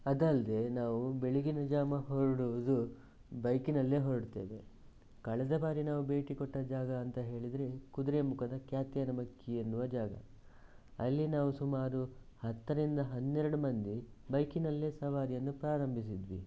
ಅದಲ್ಲದೆ ನಾವು ಬೆಳಗಿನ ಜಾಮ ಹೊರಡುವುದು ಬೈಕಿನಲ್ಲೇ ಹೊರಡ್ತೇವೆ ಕಳೆದ ಬಾರಿ ನಾವು ಭೇಟಿ ಕೊಟ್ಟ ಜಾಗ ಅಂತ ಹೇಳಿದರೆ ಕುದುರೆಮುಖದ ಕ್ಯಾತ್ಯಾನಮಕ್ಕಿ ಎನ್ನುವ ಜಾಗ ಅಲ್ಲಿ ನಾವು ಸುಮಾರು ಹತ್ತರಿಂದ ಹನ್ನೆರಡು ಮಂದಿ ಬೈಕಿನಲ್ಲೇ ಸವಾರಿಯನ್ನು ಪ್ರಾರಂಭಿಸಿದ್ವಿ